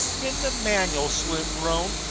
in the manual, slim groaned.